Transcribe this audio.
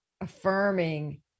affirming